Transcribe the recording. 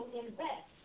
invest